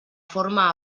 forma